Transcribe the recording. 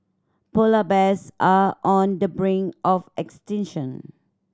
polar bears are on the brink of extinction